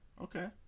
okay